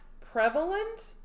prevalent